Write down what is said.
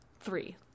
three